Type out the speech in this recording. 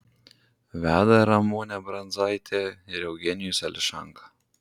veda ramunė brundzaitė ir eugenijus ališanka